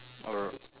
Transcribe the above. alr